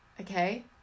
Okay